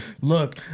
look